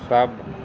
ਸਭ